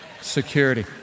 Security